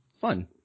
fun